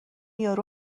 یارو